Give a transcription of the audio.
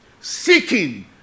Seeking